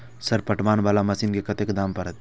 Sir पटवन वाला machine के कतेक दाम परतें?